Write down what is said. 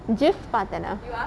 gif பாத்தேனா:paathenaa